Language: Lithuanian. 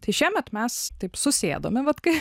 tai šiemet mes taip susėdome vat kai